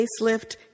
facelift